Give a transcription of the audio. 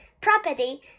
property